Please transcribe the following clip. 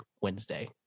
Wednesday